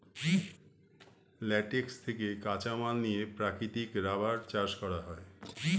latex থেকে কাঁচামাল নিয়ে প্রাকৃতিক রাবার চাষ করা হয়